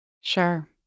Sure